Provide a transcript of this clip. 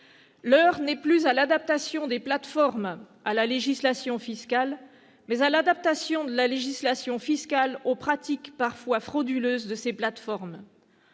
L'heure n'est plus à l'adaptation des plates-formes à la législation fiscale, mais à l'adaptation de la législation fiscale aux pratiques parfois frauduleuses de ces plates-formes.